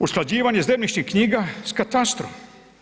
Usklađivanje zemljišnih knjiga sa katastrom.